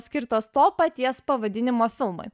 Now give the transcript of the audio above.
skirtos to paties pavadinimo filmui